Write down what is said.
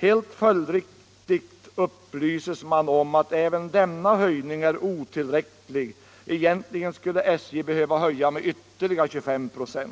Helt följdriktigt upplyses man om att även denna höjning är otillräcklig; egentligen skulle SJ behöva höja med ytterligare 25 "v.